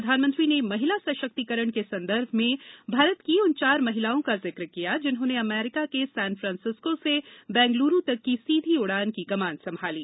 प्रधानमंत्री ने महिला सशक्तीकरण के संदर्भ में भारत की उन चार महिलाओं का जिक्र किया जिन्होंने अमरीका के सेन फ्रांसस्किों से बेंगलुरू तक की सीधी उडान की कमान संभाली